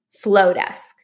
Flowdesk